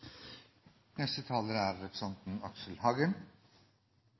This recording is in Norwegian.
Neste taler er representanten